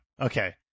Okay